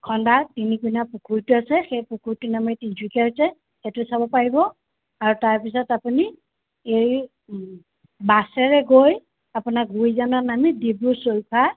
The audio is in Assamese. খন্দা তিনিকুণীয়া পুখুৰীটো আছে সেই পুখুৰীটোৰ নামেই তিনিচুকীয়া হৈছে সেইটো চাব পাৰিব আৰু তাৰপিছত আপুনি এই বাছেৰে গৈ আপোনাৰ গুড়িজানত নামি ডিব্ৰু চৈখোৱা